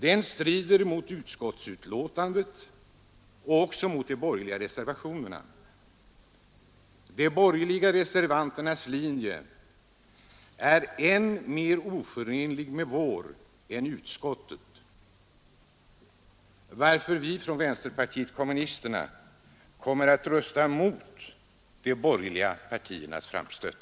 Den strider mot såväl utskottsbetänkandet som de borgerliga reservationerna. De borgerliga reservanternas linje är än mer oförenlig med vår än utskottets, varför vi från vänsterpartiet kommunisterna kommer att rösta emot de borgerliga partiernas framstöt.